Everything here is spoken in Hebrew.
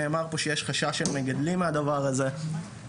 נאמר פה שיש חשש של מגדלים מהדבר הזה מכיוון